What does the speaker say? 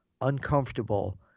uncomfortable